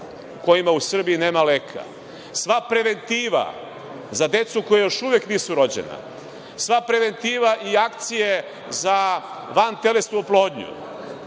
kojima u Srbiji nema leka, sva preventiva za decu koja još uvek nisu rođena, sva preventiva i akcije za vantelesnu oplodnju,